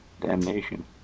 damnation